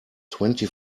twenty